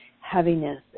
heaviness